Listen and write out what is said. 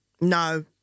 No